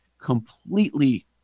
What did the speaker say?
completely